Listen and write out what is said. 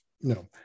no